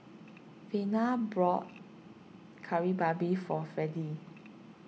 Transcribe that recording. Vena bought Kari Babi for Freddie